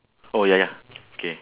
oh ya ya okay